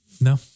No